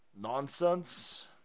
nonsense